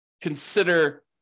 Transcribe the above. consider